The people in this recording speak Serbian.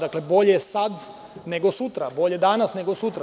Dakle, bolje sad nego sutra, bolje danas nego sutra.